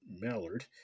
Mallard